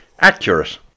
Accurate